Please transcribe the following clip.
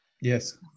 yes